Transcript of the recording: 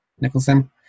Nicholson